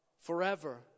forever